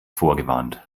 vorgewarnt